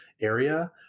area